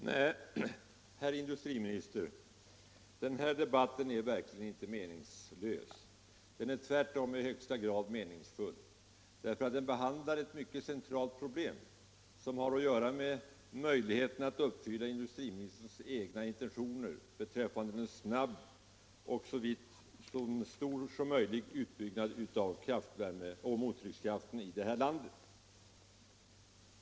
Herr talman! Nej, herr industriminister, den här debatten är verkligen inte meningslös. Den är tvärtom i högsta grad meningsfull. Den behandlar ett mycket centralt problem som har att göra med möjligheten att uppfylla industriministerns egna intentioner beträffande en så snabb och så stor utbyggnad som möjligt av kraftvärmeverk och mottryckskraftverk här i landet.